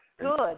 Good